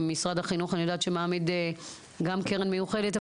משרד החינוך אני יודעת שמעמיד גם קרן מיוחדת,